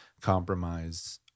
compromise